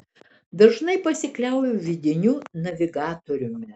dažnai pasikliauju vidiniu navigatoriumi